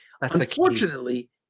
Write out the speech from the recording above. Unfortunately